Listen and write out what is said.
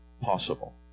possible